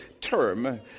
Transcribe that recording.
term